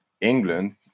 england